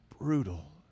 brutal